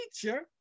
teacher